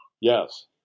yes